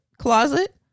closet